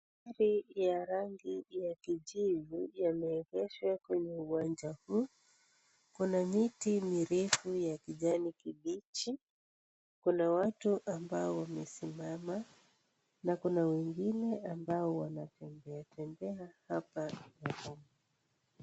Magari ya rangi ya kijivu yameegeshwa kwenye uwanja huu. Kuna miti mirefu ya kijani kibichi. Kuna watu ambao wamesimama na kuna wengine ambao wanatembea tembea hapa uwanjani.